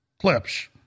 clips